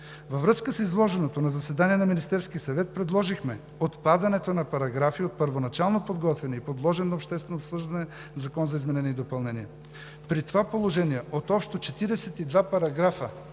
Във връзка с изложеното на заседание на Министерския съвет предложихме отпадането на параграфи от първоначално подготвения и подложен на обществено обсъждане Закон за изменение и допълнение. При това положение от общо 42 параграфа